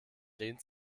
lehnt